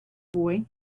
boy